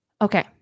Okay